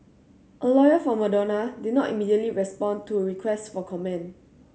a lawyer for Madonna did not immediately respond to requests for comment